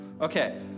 Okay